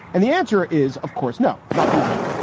and the answer is, of course, no. nothing can.